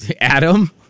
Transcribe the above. Adam